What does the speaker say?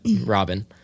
Robin